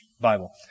Bible